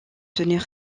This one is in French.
tenir